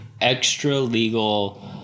extra-legal